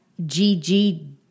GG